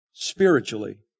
Spiritually